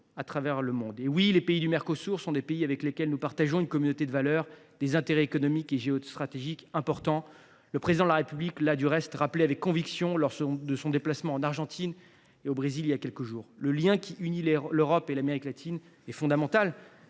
à travers le monde. Oui, les pays du Mercosur sont des pays avec lesquels nous partageons une communauté de valeurs, des intérêts économiques et géostratégiques importants. Du reste, le Président de la République l’a rappelé avec conviction lors de son récent déplacement en Argentine et au Brésil : le lien qui unit l’Europe et l’Amérique latine est fondamental,